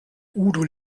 udo